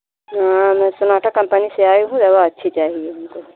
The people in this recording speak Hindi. हाँ मैं सोनाटा कम्पनी से आई हूँ दवा अच्छी चाहिये हमको